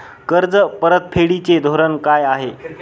कर्ज परतफेडीचे धोरण काय आहे?